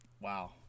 wow